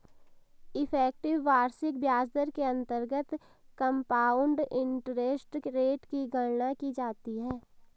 effective वार्षिक ब्याज दर के अंतर्गत कंपाउंड इंटरेस्ट रेट की गणना की जाती है